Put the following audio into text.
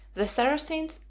the saracens,